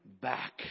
back